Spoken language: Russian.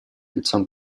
лицом